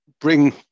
bring